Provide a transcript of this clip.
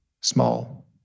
small